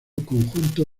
conjunto